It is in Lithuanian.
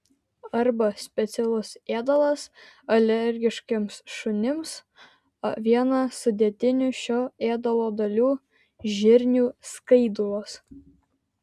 arba specialus ėdalas alergiškiems šunims viena sudėtinių šio ėdalo dalių žirnių skaidulos